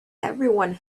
everyone